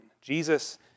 Jesus